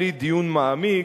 בלי דיון מעמיק,